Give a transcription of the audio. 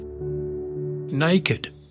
Naked